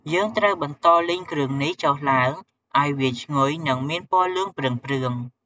យើងត្រូវបន្ដលីងគ្រឿងនេះចុះឡ់ើង ឱ្យវាឈ្ងុយ និងមានពណ៌លឿងព្រឿងៗ។